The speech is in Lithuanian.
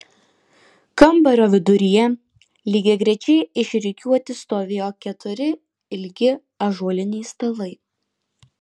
kambario viduryje lygiagrečiai išrikiuoti stovėjo keturi ilgi ąžuoliniai stalai